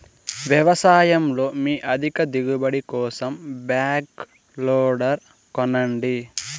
వ్యవసాయంలో మీ అధిక దిగుబడి కోసం బ్యాక్ లోడర్ కొనండి